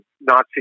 Nazi